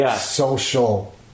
social